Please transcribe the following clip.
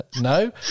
no